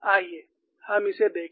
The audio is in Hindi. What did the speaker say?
आइए हम इसे देखें